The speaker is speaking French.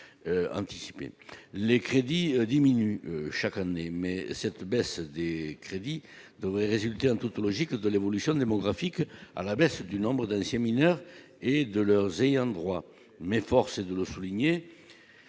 les crédits diminuent chaque année, mais cette baisse des crédits, donc résulter en toute logique de l'évolution démographique à la baisse du nombre d'anciens mineurs et de leurs ayants droit,